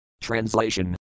Translation